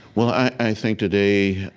well, i think, today,